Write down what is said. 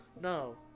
no